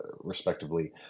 respectively